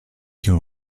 your